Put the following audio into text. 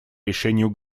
решению